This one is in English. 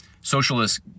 socialist